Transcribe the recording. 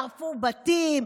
שרפו בתים.